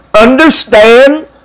understand